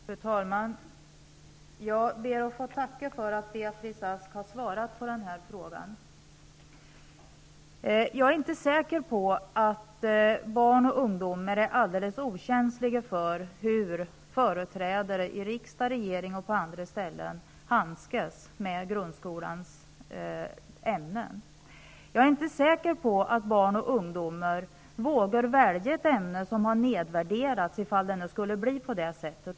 Fru talman! Jag ber att få tacka för att Beatrice Ask har svarat på den här frågan. Jag är inte säker på att barn och ungdomar är alldeles okänsliga för hur företrädare i riksdag, regering och på andra ställen handskas med grundskolans ämnen. Jag är inte säker på att barn och ungdomar vågar välja ett ämne som har nedvärderats, ifall det nu skulle bli på det sättet.